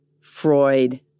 Freud